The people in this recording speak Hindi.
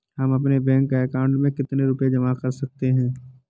हम अपने बैंक अकाउंट में कितने रुपये जमा कर सकते हैं?